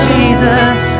Jesus